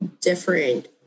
different